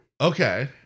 Okay